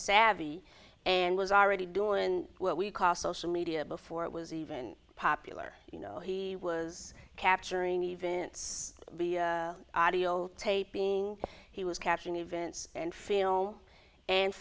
savvy and was already doing and what we call social media before it was even popular you know he was capturing events adil taping he was catching events and film and